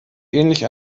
ähnlich